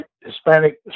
Hispanic